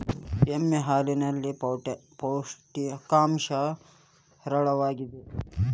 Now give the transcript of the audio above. ಎಮ್ಮೆ ಹಾಲಿನಲ್ಲಿ ಪೌಷ್ಟಿಕಾಂಶ ಹೇರಳವಾಗಿದೆ